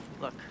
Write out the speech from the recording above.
Look